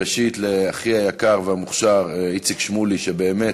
ראשית, לאחי היקר והמוכשר איציק שמולי, שבאמת,